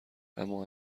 اما